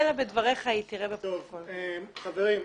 חברים,